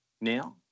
now